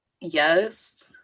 Yes